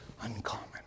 uncommon